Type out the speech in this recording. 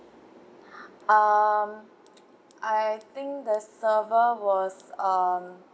um I think the server was um